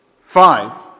five